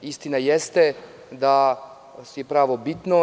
Istina jeste da je pravo bitno.